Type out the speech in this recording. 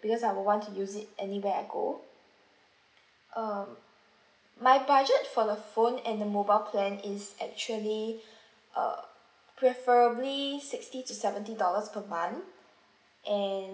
because I will want to use it anywhere I go um my budget for the phone and the mobile plan is actually uh preferably sixty to seventy dollars per month and